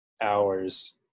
hours